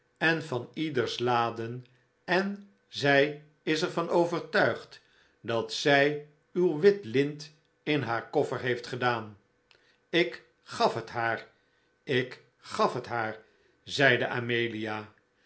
en van ieders laden en zij is er van overtuigd dat zij uw wit lint in haar koffer heeft gedaan ik gaf het haar ik gaf het haar zeide amelia